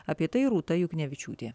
apie tai rūta juknevičiūtė